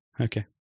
Okay